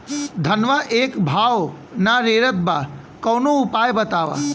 धनवा एक भाव ना रेड़त बा कवनो उपाय बतावा?